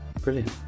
brilliant